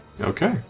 Okay